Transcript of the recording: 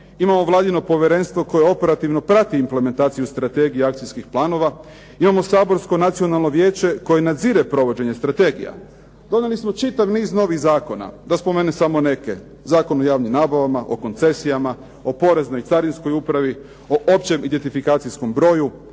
imamo vladino povjerenstvo koje operativno prati implementaciju strategije i akcijskih planova, imamo saborsko Nacionalno vijeće koje nadzire provođenje strategija. Donijeli smo čitav niz novih zakona, da spomenem samo neke. Zakon o javnim nabavama, o koncesijama, o poreznoj i carinskoj upravi, o općem identifikacijskom broju,